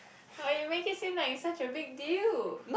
no you make it seem like it's such a big deal